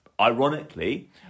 ironically